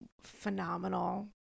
phenomenal